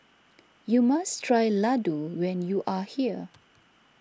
you must try Ladoo when you are here